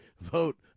vote